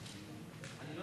של אירן,